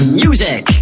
music